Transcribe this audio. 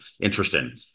Interesting